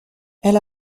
elle